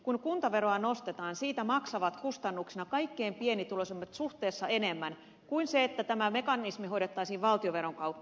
kun kuntaveroa nostetaan siitä maksavat kustannuksina kaikkein pienituloisimmat suhteessa enemmän kuin silloin jos tämä mekanismi hoidettaisiin valtionveron kautta